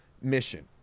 mission